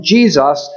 Jesus